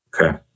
Okay